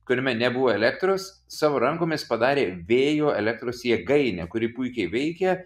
kuriame nebuvo elektros savo rankomis padarė vėjo elektros jėgainę kuri puikiai veikė